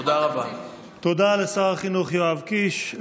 תודה לשר החינוך יואב קיש.